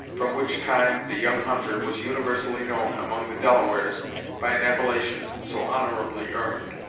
from which time the young hunter was universally known among the delawares by an appellation so honorably earned.